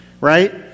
right